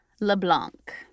LeBlanc